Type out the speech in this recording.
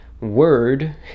word